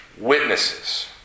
witnesses